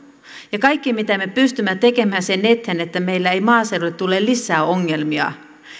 kaikki mitä me pystymme tekemään sen eteen että meillä ei maaseudulle tule lisää ongelmia meidän on